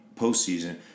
postseason –